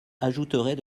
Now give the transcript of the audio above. ajouterait